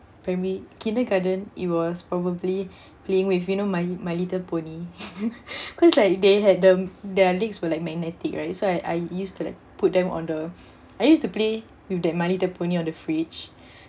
preliminary kindergarten it was probably playing with you know my my little pony because like they had them their legs were like magnetic right so I I used to like put them on the I used to play with that my little pony on the fridge